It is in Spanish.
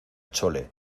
chole